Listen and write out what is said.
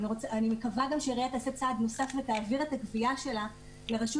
ומקווה שהעירייה תעביר את הגבייה לרשות